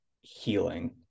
healing